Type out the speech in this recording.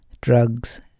Drugs